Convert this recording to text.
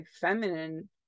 feminine